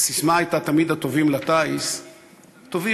הססמה הייתה תמיד "הטובים לטיס"; טובים